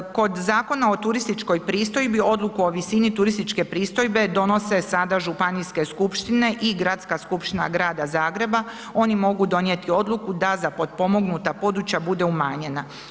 Kod Zakona o turističkoj pristojbi odluku o visini turističke pristojbe donose sada županijske skupštine i Gradska skupština grada Zagreba oni mogu donijeti odluku da za potpomognuta područja bude umanjena.